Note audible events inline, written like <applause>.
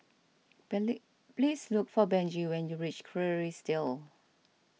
<unintelligible> please look for Benji when you reach Kerrisdale